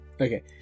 Okay